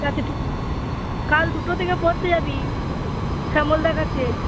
ঠিক আছে ঠিক কাল দুটো থেকে পড়তেে যাবি শ্যামলদার কাছে